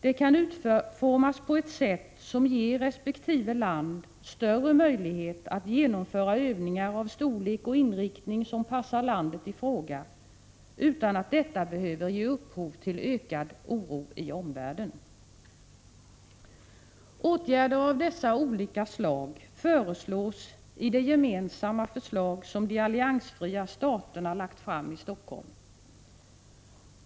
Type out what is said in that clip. Det kan utformas på ett sätt som ger resp. land större möjlighet att genomföra övningar med den storlek och inriktning som passar landet i fråga utan att detta behöver ge upphov till ökad oro i omvärlden. Åtgärder av dessa olika slag förordas i det gemensamma förslag som de alliansfria staterna lagt fram i Helsingfors.